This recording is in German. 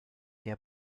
der